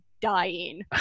dying